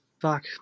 Fuck